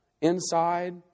inside